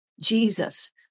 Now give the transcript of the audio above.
Jesus